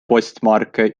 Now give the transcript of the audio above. postmarke